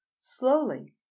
Slowly